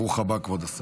ברוך הבא, כבוד השר.